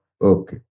Okay